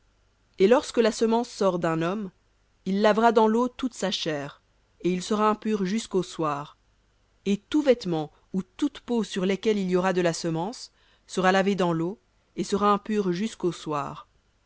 et lorsque la semence sort d'un homme il lavera dans l'eau toute sa chair et il sera impur jusqu'au soir et tout vêtement ou toute peau sur lesquels il y aura de la semence sera lavé dans l'eau et sera impur jusqu'au soir